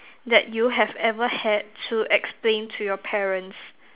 that you have ever had to explain to your parents